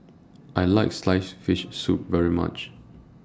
I like Sliced Fish Soup very much